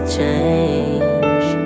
change